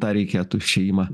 tą reikėtų išėjimą